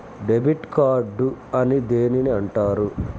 Debit card అని దేనిని అంటారు?